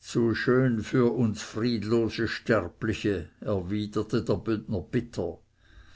zu schön für uns friedlose sterbliche erwiderte der bündner bitter